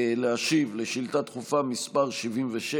להשיב על שאילתה דחופה מס' 76,